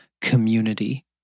community